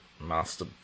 master